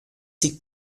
ses